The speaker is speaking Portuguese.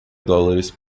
dólares